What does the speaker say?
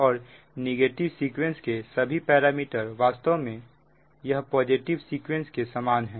और negative sequence के सभी पैरामीटर वास्तव में यह पॉजिटिव सीक्वेंस के समान है